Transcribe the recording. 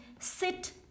sit